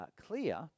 clear